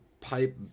pipe